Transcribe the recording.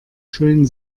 schön